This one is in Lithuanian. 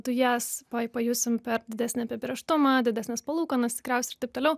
dujas pa pajusim per didesnį apibrėžtumą didesnes palūkanas tikriausiai ir taip toliau